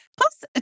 Plus